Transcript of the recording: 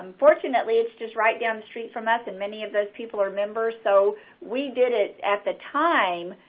and fortunately, it's just right down the street from us, and many of those people are members, so we did it, at the time,